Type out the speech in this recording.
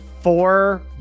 four